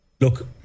look